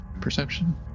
perception